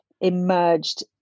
emerged